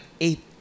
eight